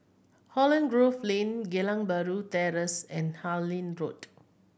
Holland Grove Lane Geylang Bahru Terrace and Harlyn Road